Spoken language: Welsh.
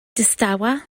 distawa